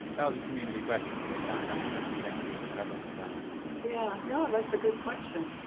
that was a community question from the chat, by the way. so thank you to whoever put that one in. yeah, no, that's a good question.